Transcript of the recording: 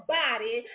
body